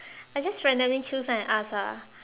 I just randomly choose and ask ah